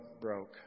broke